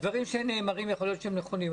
הדברים שנאמרים יכול להיות שהם נכונים,